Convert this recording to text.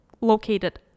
located